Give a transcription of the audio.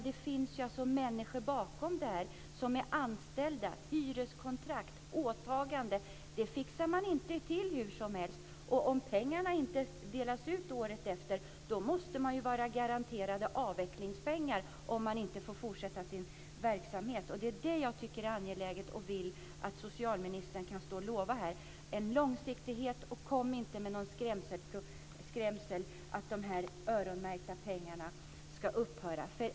Det finns människor bakom det här som är anställda, har hyreskontrakt och åtaganden, och de fixar inte detta hur som helst. Om pengarna inte delas ut året efter måste man ju vara garanterad avvecklingspengar om man inte får fortsätta sin verksamhet. Därför är det angeläget att socialministern kan lova en långsiktighet. Kom inte och skräms med att de öronmärkta pengarna ska upphöra.